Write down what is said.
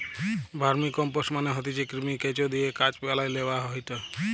vermicompost মানে হতিছে কৃমি, কেঁচোদিয়ে গাছ পালায় লেওয়া হয়টে